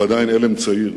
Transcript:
והוא עדיין עלם צעיר,